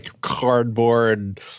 cardboard